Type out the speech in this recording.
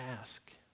ask